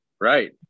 Right